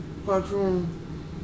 Patron